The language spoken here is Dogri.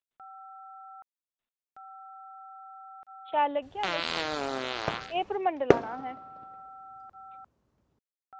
शैल लग्गी जाङन एह् परमंडला आना असें